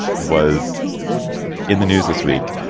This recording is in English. was in the news this week,